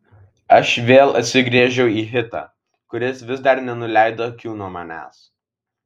aš vėl atsigręžiau į hitą kuris vis dar nenuleido akių nuo manęs